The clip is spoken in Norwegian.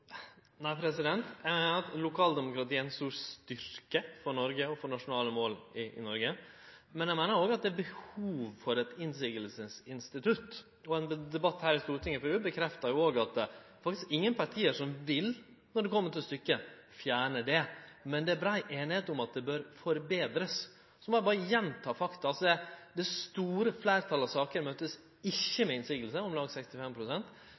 Nei, eg meiner at lokaldemokratiet er ein stor styrke for Noreg og for nasjonale mål, men eg meiner òg at det er behov for eit motsegnsinstitutt. Ein debatt her i Stortinget før jul bekrefta jo òg at det faktisk ikkje er nokon av partia som vil – når det kjem til stykket – fjerne det, men det er brei einigheit om at det bør forbetrast. Eg må berre gjenta faktum: Det store fleirtalet av saker, om lag